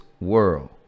world